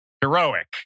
heroic